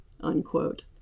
unquote